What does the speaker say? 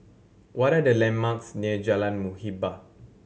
what are the landmarks near Jalan Muhibbah